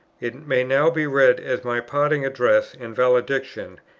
it may now be read as my parting address and valediction,